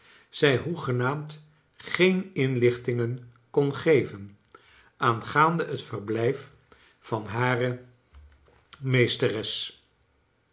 zij hoegenaamd geen inlichtingen kon geven aangaande het verblijf van hare meesteres